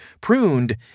pruned